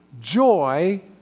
joy